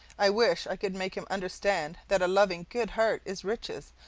i wish i could make him understand that a loving good heart is riches,